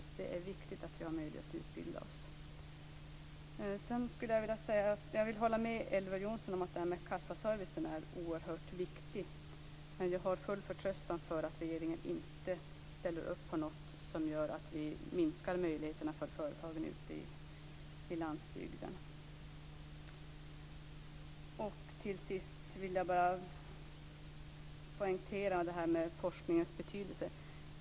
Så det är viktigt att vi har möjlighet att utbilda oss. Sedan vill jag hålla med Elver Jonsson om att det här med kassaservicen är oerhört viktigt. Men jag har full förtröstan om att regeringen inte ställer upp på något som gör att vi försämrar möjligheterna för företagen ute i landsbygden. Till sist vill jag bara poängtera det här med forskningens betydelse.